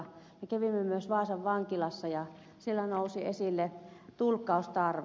me kävimme myös vaasan vankilassa ja siellä nousi esille tulkkaustarve